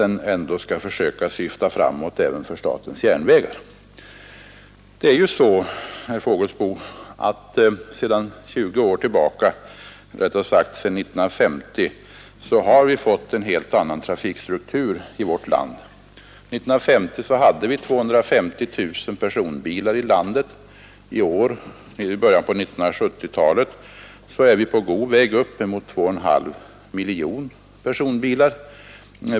Det är ju så, herr Fågelsbo, att vi i jämförelse med situationen 1950, dvs. för närmare 20 år sedan, har fått en helt annan trafikstruktur. Är 1950 fanns det 250000 personbilar i vårt land. I år, i början på 1970-talet, är vi på god väg upp emot 2,5 miljoner personbilar.